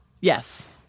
Yes